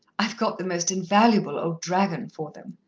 i've got the most invaluable old dragon for them,